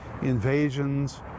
invasions